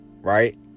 right